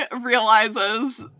realizes